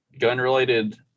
gun-related